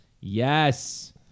Yes